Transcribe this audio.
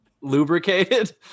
lubricated